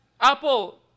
apple